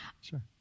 Sure